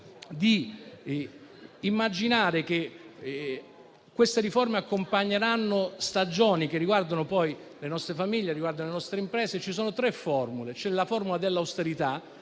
di immaginare che queste riforme accompagneranno stagioni che riguardano le nostre famiglie e le nostre imprese. Ci sono tre formule: una è quella dell'austerità,